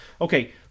okay